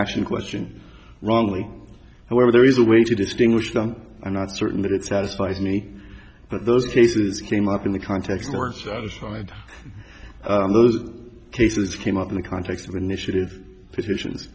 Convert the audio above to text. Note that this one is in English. action question wrongly however there is a way to distinguish them i'm not certain that it satisfies me but those cases came up in the context or satisfied those cases came up in the context of initiative petitions